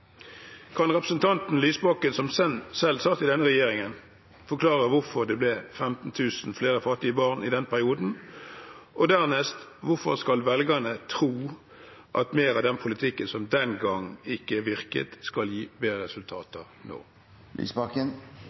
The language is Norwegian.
Kan representanten Lysbakken, som selv satt i denne regjeringen, forklare hvorfor det ble 15 000 flere fattige barn i den perioden? Og dernest: Hvorfor skal velgerne tro at mer av den politikken som den gang ikke virket, skal gi bedre resultater nå?